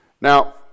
Now